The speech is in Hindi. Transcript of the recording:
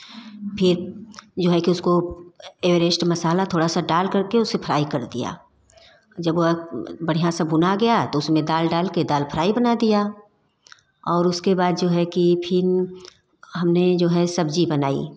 फिर जो है कि उसको एवरेस्ट मसाला थोड़ा सा डालकर के उसे फ्राई कर दिया जब वह बढ़िया से भुना गया तो उसमें दाल डाल के दाल फ्राई बना दिया और उसके बाद जो है कि फिर हमने जो है सब्जी बनाई